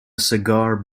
cigar